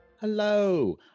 Hello